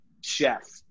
chef